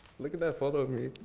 look at that follow me.